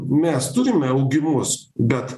mes turime augimus bet